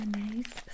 nice